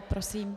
Prosím.